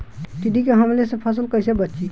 टिड्डी के हमले से फसल कइसे बची?